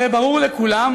הרי ברור לכולם,